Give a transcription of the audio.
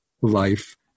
life